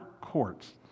courts